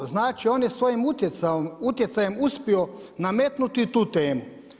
Znači, on je svojim utjecajem uspio nametnuti tu temu.